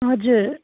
हजुर